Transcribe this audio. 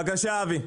בבקשה, אבי.